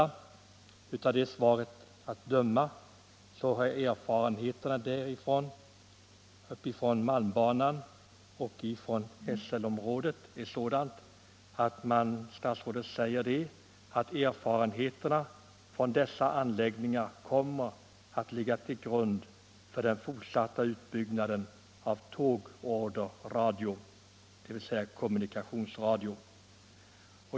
Av det svaret att döma är erfarenheterna av anläggningarna på malmbanan och inom SL-området sådana att de, som statsrådet säger, ”kommer att ligga till grund för den fortsatta utbyggnaden av tågorderradio”, dvs. kommunikationsradio.